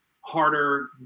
harder